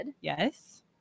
Yes